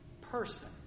person